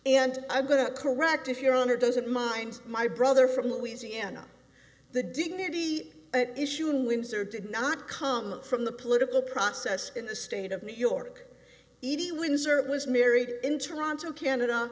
and i'm going to correct if your honor doesn't mind my brother from louisiana the dignity issue in windsor did not come from the political process in the state of new york e d windsor was married in toronto canada